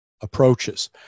approaches